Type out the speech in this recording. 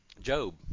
Job